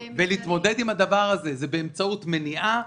-- ולהתמודד עם הדבר הזה באמצעות מניעה,